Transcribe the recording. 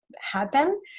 happen